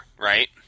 right